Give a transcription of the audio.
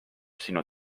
sinu